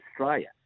Australia